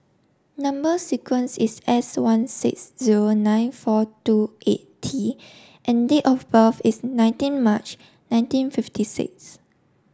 number sequence is S one six zero nine four two eight T and date of birth is nineteen March nineteen fifty six